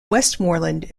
westmoreland